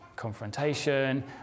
confrontation